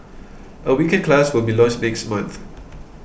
a weekend class will be launched next month